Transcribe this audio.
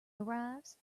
arrives